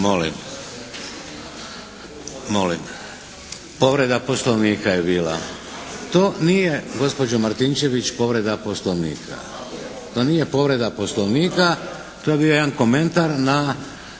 Molim? Povreda Poslovnika je bila. To nije gospođo Martinčević povreda Poslovnika. To nije povreda Poslovnika. To je bio jedan komentar na